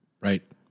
Right